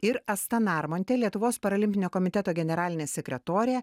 ir asta narmontė lietuvos parolimpinio komiteto generalinė sekretorė